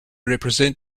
represent